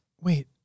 Wait